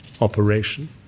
operation